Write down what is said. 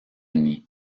nid